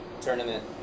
tournament